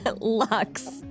Lux